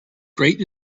great